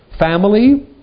family